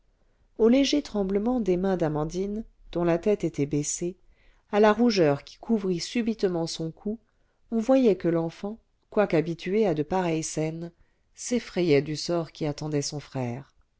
au léger tremblement des mains d'amandine dont la tête était baissée à la rougeur qui couvrit subitement son cou on voyait que l'enfant quoique habituée à de pareilles scènes s'effrayait du sort qui attendait son frère